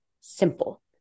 simple